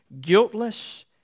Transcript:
guiltless